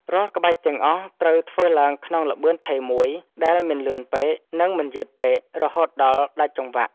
រាល់ក្បាច់ទាំងអស់ត្រូវធ្វើឡើងក្នុងល្បឿនថេរមួយ ដែលមិនលឿនពេក និងមិនយឺតពេក រហូតដល់ដាច់ចង្វាក់។